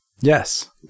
Yes